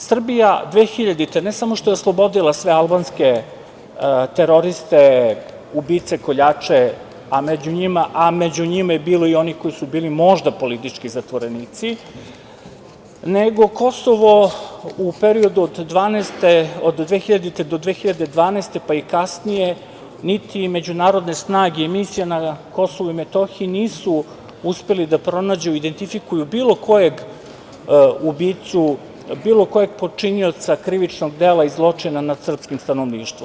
Srbija 2000. godine ne samo što je oslobodila sve albanske teroriste, ubice, koljače, a među njima je bilo i onih koji su bili možda politički zatvorenici, nego Kosovo u periodu od 2000-2012. pa i kasnije, niti međunarodne snage i misije na KiM nisu uspeli da pronađu i identifikuju bilo kojeg ubicu, bilo kojeg počinioca krivičnog dela i zločina nad srpskim stanovništvom.